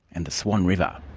and the swan river.